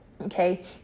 okay